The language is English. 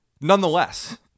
nonetheless